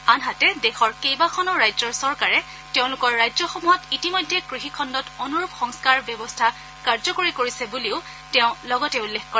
আনহাতে দেশৰ কেইবাখনো ৰাজ্যৰ চৰকাৰে তেওঁলোকৰ ৰাজ্যসমূহত ইতিমধ্যে কৃষি খণ্ডত অনুৰূপ সংস্কাৰ ব্যৱস্থা কাৰ্যকৰী কৰিছে বুলিও তেওঁ লগতে উল্লেখ কৰে